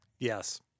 Yes